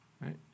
right